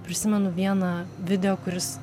prisimenu vieną video kuris